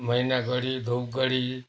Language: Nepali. मैनागढी धुपगढी